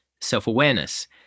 self-awareness